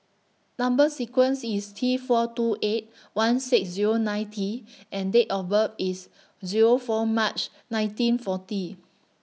Number sequence IS T four two eight one six Zero nine T and Date of birth IS Zero four March nineteen forty